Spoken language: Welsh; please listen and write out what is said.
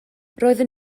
roeddwn